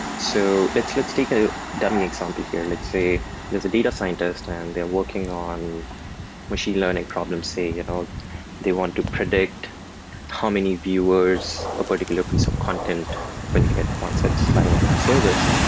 so let's let's take a dummy example here. let's say there's a data scientist and they're working on machine learning problem say around you know they want to predict how many viewers a particular piece of content will get once it's live on our service.